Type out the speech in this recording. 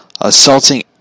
assaulting